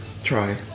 Try